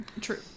True